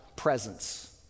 Presence